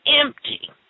empty